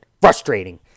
frustrating